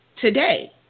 today